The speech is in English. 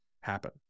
happen